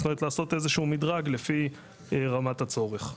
זאת אומרת, לעשות איזשהו מדרג לפי רמת הצורך.